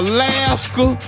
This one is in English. Alaska